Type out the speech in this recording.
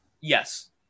Yes